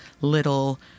little